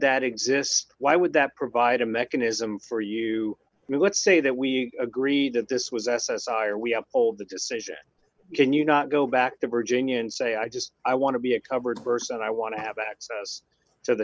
that exist why would that provide a mechanism for you to move let's say that we agree that this was s s i or we uphold the decision can you not go back to virginia and say i just i want to be a covered verse and i want to have access to the